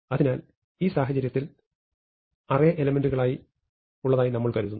അതിനാൽ ഈ സാഹചര്യത്തിൽ അറേ എലെമെന്റുകളായി ഉള്ളതായി നമ്മൾ കരുതുന്നു